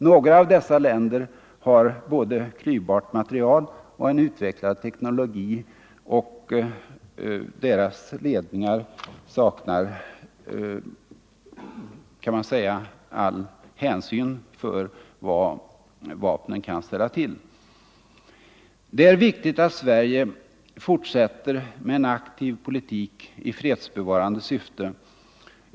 Några av dessa länder har både klyvbart material och en utvecklad teknologi, och deras ledningar har visat att de kan underlåta att ta någon som helst hänsyn till vad dessa vapen kan ställa till med. Det är viktigt att Sverige fortsätter med en aktiv politik i fredsbevarande syfte.